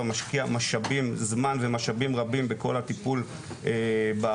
משקיע זמן ומשאבים רבים בכל הטיפול באכיפה,